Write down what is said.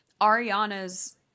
ariana's